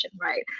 Right